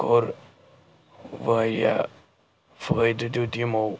کوٚر واریاہ فٲیدٕ دیُت یِمو